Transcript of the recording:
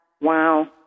Wow